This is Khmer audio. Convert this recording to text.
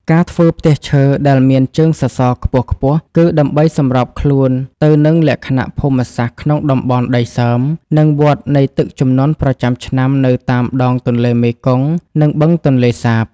ការធ្វើផ្ទះឈើដែលមានជើងសសរខ្ពស់ៗ គឺដើម្បីសម្របខ្លួនទៅនឹងលក្ខណៈភូមិសាស្ត្រក្នុងតំបន់ដីសើម និងវដ្តនៃទឹកជំនន់ប្រចាំឆ្នាំនៅតាមដងទន្លេមេគង្គ និងបឹងទន្លេសាប។